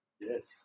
Yes